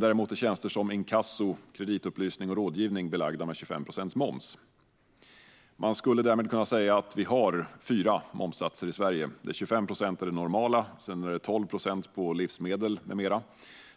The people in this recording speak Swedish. Däremot är tjänster som inkasso, kreditupplysning och rådgivning belagda med 25 procents moms. Man skulle därmed kunna säga att det finns fyra momssatser i Sverige. 25 procent är den normala, sedan är det 12 procent på livsmedel med mera,